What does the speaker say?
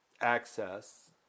access